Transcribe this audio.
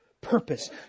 purpose